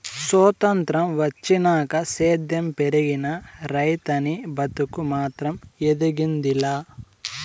సొత్రంతం వచ్చినాక సేద్యం పెరిగినా, రైతనీ బతుకు మాత్రం ఎదిగింది లా